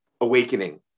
awakening